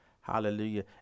Hallelujah